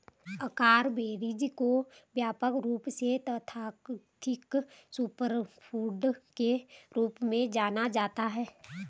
acai berries को व्यापक रूप से तथाकथित सुपरफूड के रूप में जाना जाता है